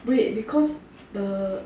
wait because the